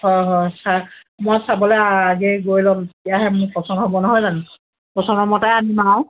হয় হয় চা মই চাবলৈ আগে গৈ ল'ম তেতিয়াহে মোৰ পচন্দ হ'ব নহয় জানো পচন্দৰ মতে আনিম আৰু